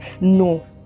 No